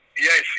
Yes